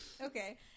Okay